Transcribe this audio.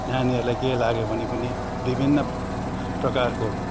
नानीहरूलाई केही लाग्यो भने पनि विभिन्न प्रकारको